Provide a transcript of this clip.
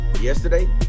Yesterday